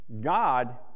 God